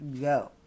go